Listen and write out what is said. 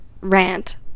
rant